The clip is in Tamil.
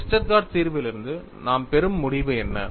வெஸ்டர்கார்ட் தீர்விலிருந்து நாம் பெறும் முடிவு என்ன